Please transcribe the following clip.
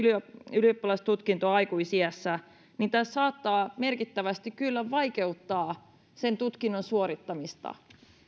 ylioppilastutkintoa aikuisiässä tämä saattaa merkittävästi kyllä vaikeuttaa sen tutkinnon suorittamista